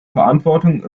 verantwortung